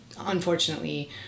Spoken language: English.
unfortunately